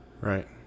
Right